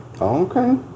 okay